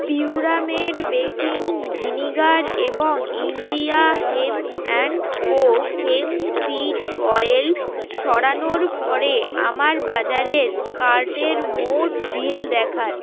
পিউরামেট baking vinegar এবং India hemp and co hemp seed oil সরানোর পরে আমার বাজারের কার্টের মোট বিল দেখান